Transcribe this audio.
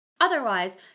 Otherwise